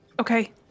Okay